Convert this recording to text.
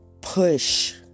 Push